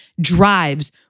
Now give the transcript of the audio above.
drives